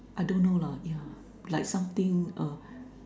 I don't know lah yeah like something err